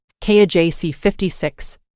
kajc56